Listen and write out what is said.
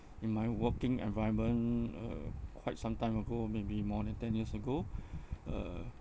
in my working environment uh quite some time ago maybe more than ten years ago uh